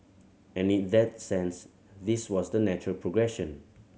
and in that sense this was the natural progression